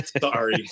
sorry